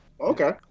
Okay